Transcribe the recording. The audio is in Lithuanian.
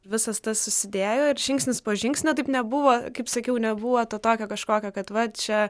visas tas susidėjo ir žingsnis po žingsnio taip nebuvo kaip sakiau nebuvo to tokio kažkokio kad va čia